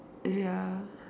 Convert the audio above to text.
ya